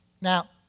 Now